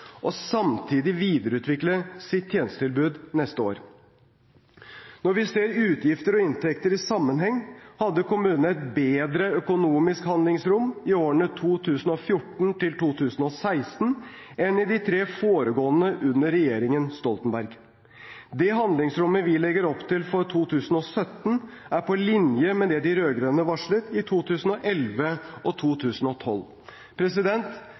og samtidig videreutvikle sitt tjenestetilbud neste år. Når vi ser utgifter og inntekter i sammenheng, hadde kommunene et bedre økonomisk handlingsrom i årene 2014–2016 enn i de tre foregående under regjeringen Stoltenberg. Det handlingsrommet vi legger opp til for 2017, er på linje med det de rød-grønne varslet i 2011 og 2012.